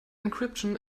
encryption